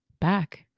back